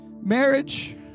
Marriage